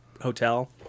hotel